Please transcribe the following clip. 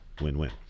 win-win